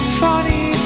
funny